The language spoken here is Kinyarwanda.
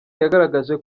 yagaragaje